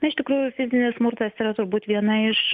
na iš tikrųjų fizinis smurtas yra turbūt viena iš